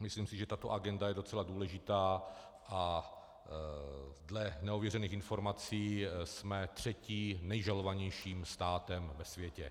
Myslím si, že tato agenda je docela důležitá, a dle neověřených informací jsme třetím nejžalovanějším státem ve světě.